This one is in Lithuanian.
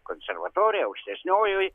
konservatorija aukštesniojoj